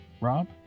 Rob